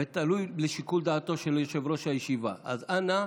וזה תלוי בשיקול דעתו של יושב-ראש הישיבה, אז אנא,